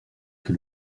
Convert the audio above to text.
que